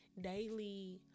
Daily